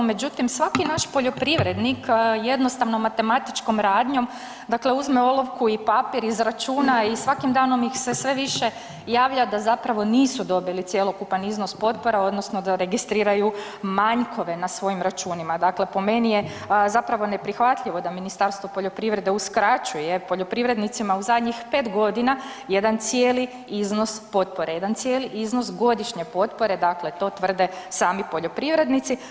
Međutim, svaki naš poljoprivrednik jednostavnom matematičkom radnjom, dakle uzme olovku i papir i izračuna i svaki danom ih se sve više javlja da nisu dobili cjelokupan iznos potpora odnosno da registriraju manjkove na svojim računima, dakle po meni je zapravo neprihvatljivo da Ministarstvo poljoprivrede uskraćuje poljoprivrednicima u zadnjih 5 godina jedna cijeli iznos potpore, jedan cijeli iznos godišnje potpore, dakle to tvrde sami poljoprivrednici.